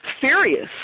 serious